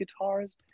guitars